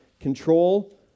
control